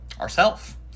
ourself